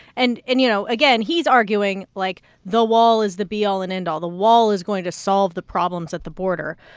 and and, you know, again, he's arguing, like, the wall is the be all and end all. the wall is going to solve the problems at the border.